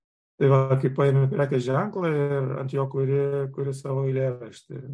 tai va kai paimi prekės ženklą ir ant jo kuri kuri savo eilėraštį